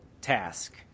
task